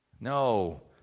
No